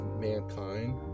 mankind